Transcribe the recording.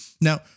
Now